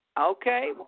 Okay